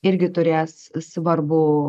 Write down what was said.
irgi turės svarbų